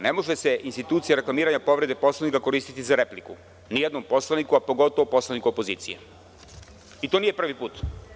Ne može se institucija reklamiranja povrede Poslovnika koristiti za repliku, nijednom poslaniku, a pogotovo poslaniku opozicije, i to nije prvi put.